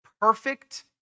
perfect